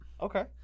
Okay